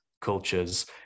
cultures